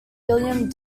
william